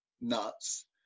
nuts